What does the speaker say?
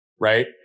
right